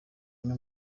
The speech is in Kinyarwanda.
imwe